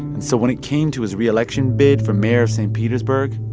and so when it came to his re-election bid for mayor of st. petersburg,